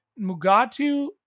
Mugatu